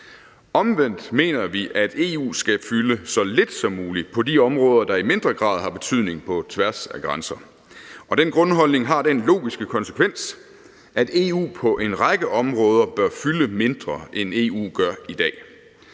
Omvendt mener vi, at EU skal fylde så lidt som muligt på de områder, der i mindre grad har betydning på tværs af grænser. Og den grundholdning har den logiske konsekvens, at EU på en række områder bør fylde mindre, end EU gør i dag.